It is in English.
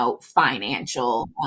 financial